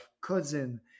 cousin